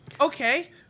okay